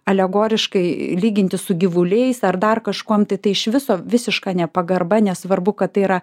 alegoriškai lyginti su gyvuliais ar dar kažkuom tai tai iš viso visiška nepagarba nesvarbu kad tai yra